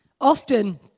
often